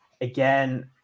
again –